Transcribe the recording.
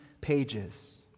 pages